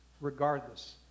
regardless